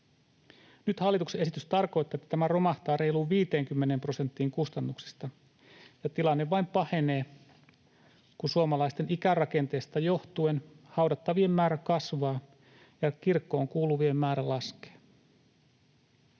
Nyt hallituksen esitys tarkoittaa, että tämä romahtaa reiluun 50 prosenttiin kustannuksista, ja tilanne vain pahenee, kun suomalaisten ikärakenteesta johtuen haudattavien määrä kasvaa ja kirkkoon kuuluvien määrä laskee.